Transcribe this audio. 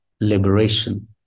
liberation